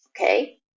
Okay